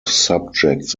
subjects